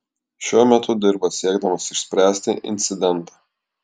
šiuo metu dirba siekdamas išspręsti incidentą